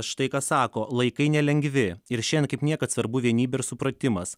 štai ką sako laikai nelengvi ir šiandien kaip niekad svarbu vienybė ir supratimas